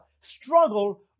struggle